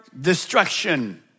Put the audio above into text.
destruction